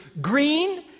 green